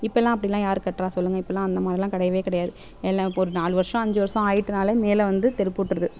இப்பெலாம் அப்படில்லாம் யார் கட்டுறா சொல்லுங்க இப்பெலாம் அந்த மாதிரிலாம் கிடையவே கிடையாது என்ன இப்போ ரு நாலு வருஷம் அஞ்சு வருஷம் ஆகிட்டுனாலே மேலே வந்து தெறிப்புட்ருது